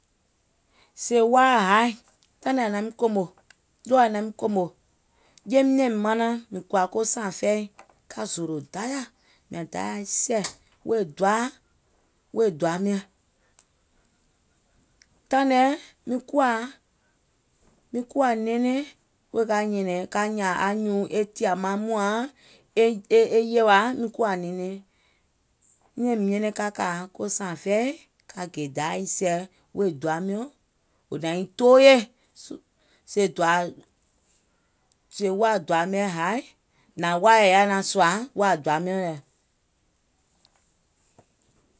Sèè wàa haì taìŋ nɛ naim kòmò, ɗɔɔɛ̀ àŋ naim kòmò, jeim nɛ̀ŋ manaŋ mìŋ kɔ̀à sààŋ fɛi, ka zòòlò Dayà, mìàŋ sɛ̀ wèè doaà, wèè doa miɔ̀ŋ. Taìŋ nɛɛ̀ miŋ kuwa, miŋ kuwà nɛɛnɛŋ wèè ka nyȧȧŋ anyùùŋ wèè e tìyà maŋ mùàŋ, e e hèwàa, miŋ kuwa nɛɛnɛŋ. Miàŋ nyɛnɛŋ ka kà sààŋ fɛi ka gè Dayà sɛ̀ wèè doa miɔ̀ŋ wò naiŋ tooyè, sèè wàà doa miɔ̀ŋ haì, nààŋ wàa è yaà yɛi naàŋ sùà, wàà doa miɔ̀ŋ wɛɛ̀ŋ.